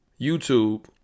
YouTube